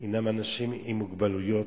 הם אנשים עם מוגבלות,